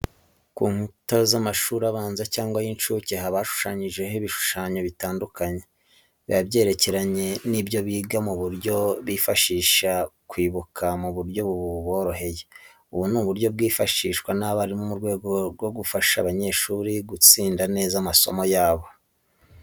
Ku nkuta z'amashuri abanza cyangwa ay'incuke haba hashushanyijeho ibishushanyo bitandikanye, biba byerekeranye n'ibyo biga ku buryo bibafasha kwibuka mu buryo buboroheye. Ubu ni uburyo bwifashishwa n'abarimu mu rwego rwo gufasha abanyeshuri gitsinda neza amasomo yabo.